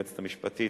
היועצת המשפטית,